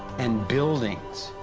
and buildings.